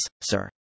sir